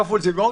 כפול כך וכך.